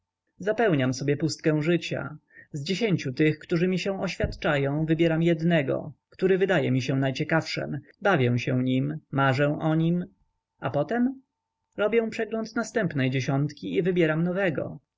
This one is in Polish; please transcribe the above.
zapełniam sobie pustkę życia z dziesięciu tych którzy mi się oświadczają wybieram jednego który wydaje mi się najciekawszym bawię się nim marzę o nim a potem robię przegląd następnej dziesiątki i wybieram nowego